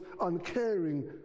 uncaring